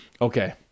okay